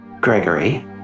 Gregory